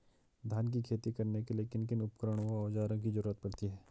धान की खेती करने के लिए किन किन उपकरणों व औज़ारों की जरूरत पड़ती है?